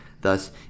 Thus